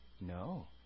No